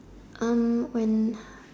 um when